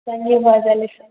ధన్యవాదాలు సార్